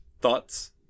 Thoughts